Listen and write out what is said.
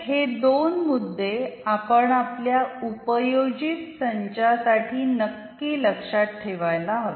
तर हे दोन मुद्दे आपण आपल्या उपयोजित सञ्चासाठी नक्की लक्षात ठेवायला हवे